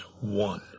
one